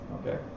Okay